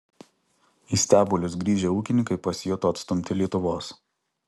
į stebulius grįžę ūkininkai pasijuto atstumti lietuvos